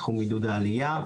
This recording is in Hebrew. בתחום עידוד העלייה,